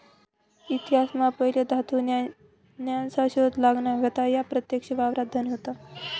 इतिहास मा पहिले धातू न्या नासना शोध लागना व्हता त्या प्रत्यक्ष वापरान धन होत